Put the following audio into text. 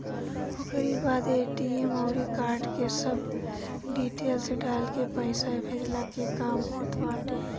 ओकरी बाद ए.टी.एम अउरी कार्ड के सब डिटेल्स डालके पईसा भेजला के काम होत बाटे